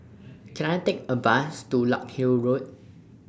Can I Take A Bus to Larkhill Road